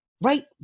right